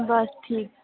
बस ठीक